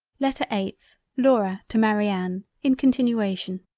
letter eighth laura to marianne, in continuation